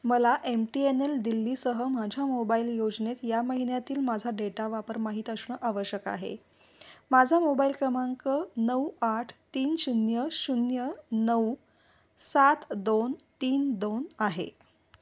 मला M T N L दिल्लीसह माझ्या मोबाईल योजनेत या महिन्यातील माझा डेटा वापर माहीत असणं आवश्यक आहे माझा मोबाईल क्रमांक नऊ आठ तीन शून्य शून्य नऊ सात दोन तीन दोन आहे